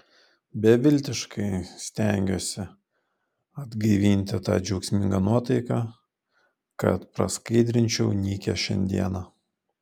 beviltiškai stengiuosi atgaivinti tą džiaugsmingą nuotaiką kad praskaidrinčiau nykią šiandieną